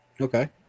Okay